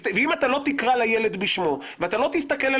ואם אתה לא תקרא לילד בשמו ואתה לא תסתכל על